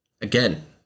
again